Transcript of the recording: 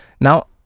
Now